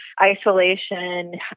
isolation